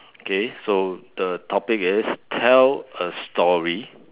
okay so the topic is tell a story